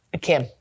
Kim